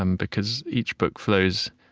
um because each book flows,